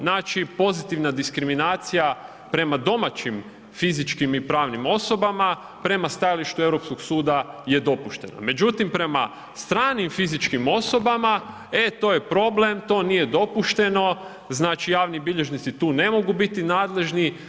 Znači, pozitivna diskriminacija prema domaćim fizičkim i pravnim osobama prema stajalištu Europskog suda je dopuštena, međutim, prema stranim fizičkim osobama, e, to je problem, to nije dopušteno, znači javni bilježnici tu ne mogu biti nadležni.